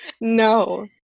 No